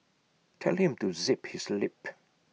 tell him to zip his lip